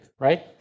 Right